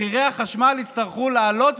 מחירי החשמל יצטרכו לעלות,